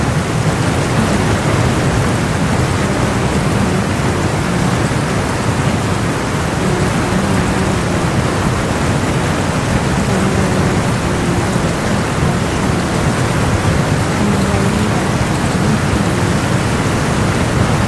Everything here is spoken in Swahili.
Mama ana kofia la rangi ya nyeupe na samawati. Anamkamua ng'ombe maziwa. Yanayoenda kwenye ndoo la chuma. Amevalia buti nyeusi pia.